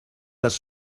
les